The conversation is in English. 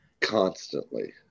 constantly